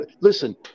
listen